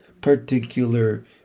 particular